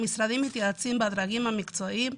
המשרדים מתייעצים בדרגים המקצועיים,